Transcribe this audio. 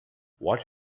watch